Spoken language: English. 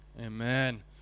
Amen